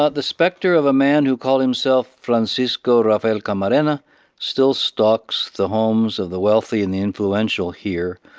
ah the specter of a man who called himself francisco rafael camarena still stalks the homes of the wealthy and the influential here,